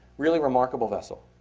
really remarkable vessel.